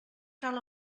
cal